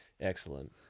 Excellent